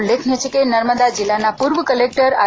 ઉલ્લેખનીય છે કે નર્મદા જિલ્લાના પૂર્વ કલેક્ટર આર